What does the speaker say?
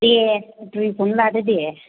दे दुइखौनो लादो दे